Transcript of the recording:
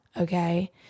okay